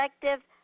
collective